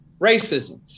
racism